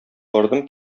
бардым